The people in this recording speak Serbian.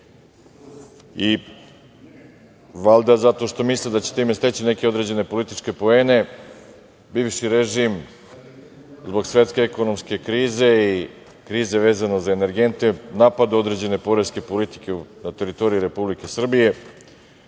Valjda zato što misle da će time steći neke određene političke poene, bivši režim, zbog svetske ekonomske krize i krize vezane za energente, napada određene poreske politike na teritoriji Republike Srbije.